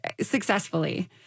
successfully